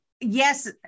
yes